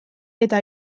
eta